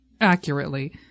accurately